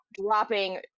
dropping